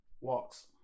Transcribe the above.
walks